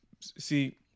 See